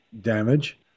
damage